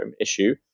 issue